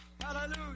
Hallelujah